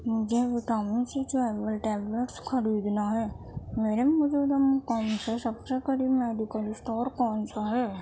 مجھے vitamin C chewable tablets خریدنا ہے میرے موجودہ مقام سے سب سے قریب میڈیکل اسٹور کون سا ہے